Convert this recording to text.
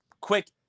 quick